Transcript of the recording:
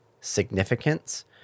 significance